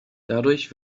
dadurch